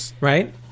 right